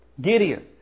Gideon